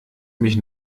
mich